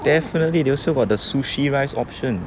definitely they also got the sushi rice option